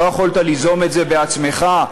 לא יכולת ליזום את זה בעצמך?